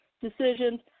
decisions